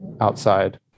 outside